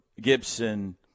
Gibson –